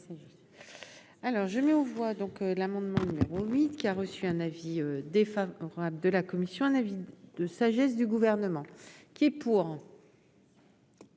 Alors je mets aux voix donc l'amendement numéro 8 qui a reçu un avis défavorable de la commission, un avis de sagesse du gouvernement qui est pour.